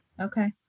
okay